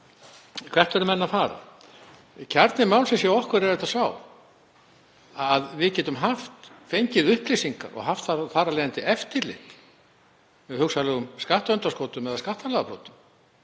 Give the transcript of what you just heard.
Hvert eru menn að fara? Kjarni málsins hjá okkur er sá að við getum fengið upplýsingar og haft þar af leiðandi eftirlit með hugsanlegum skattundanskotum eða skattalagabrotum.